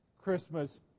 Christmas